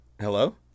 Hello